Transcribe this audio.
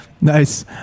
nice